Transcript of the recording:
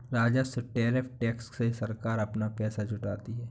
राजस्व tariff tax से सरकार अपना पैसा जुटाती है